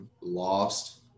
lost